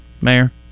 Mayor